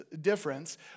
difference